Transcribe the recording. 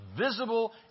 visible